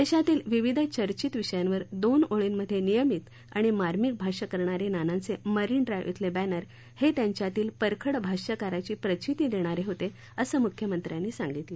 देशातील विविध चर्चित विषयांवर दोन ओळींमध्ये नियमित आणि मार्मिक भाष्य करणारे नानांचे मरिन ड्राइव्ह इथले बॅनर हे त्यांच्यातील परखड भाष्यकाराची प्रचीती देणारे होते असं मुख्यमंत्र्यांनी सांगितलं